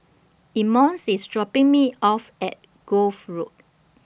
Emmons IS dropping Me off At Grove Road